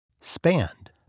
spanned